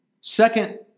second